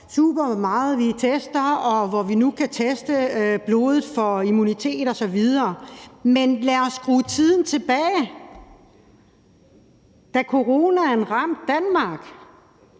super meget vi tester, og at vi nu kan teste blodet for immunitet osv. Men lad os skrue tiden tilbage til, da coronaen ramte Danmark: